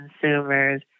consumers